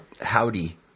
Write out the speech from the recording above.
Howdy